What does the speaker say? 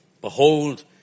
Behold